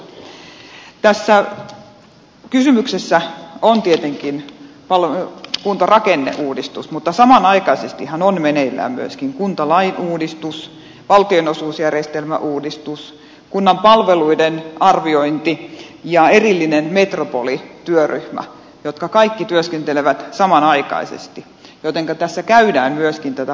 tässä kysymyksessä on tietenkin kuntarakenneuudistus mutta samanaikaisestihan on meneillään myöskin kuntalain uudistus valtionosuusjärjestelmäuudistus kunnan palveluiden arviointi ja erillinen metropolityöryhmä joissa kaikissa työskennellään samanaikaisesti jotenka tässä käydään myöskin tätä palvelupuolta läpi